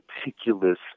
meticulous